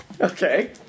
Okay